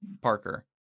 Parker